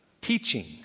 teaching